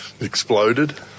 Exploded